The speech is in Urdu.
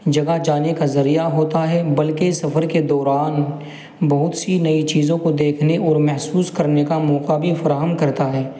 جگہ جانے کا ذریعہ ہوتا ہے بلکہ سفر کے دوران بہت سی نئی چیزوں کو دیکھنے اور محسوس کرنے کا موقع بھی فراہم کرتا ہے